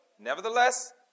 Nevertheless